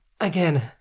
again